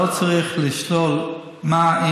לא צריך לשאול מה,